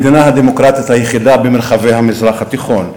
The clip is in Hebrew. המדינה הדמוקרטית היחידה במרחבי המזרח התיכון.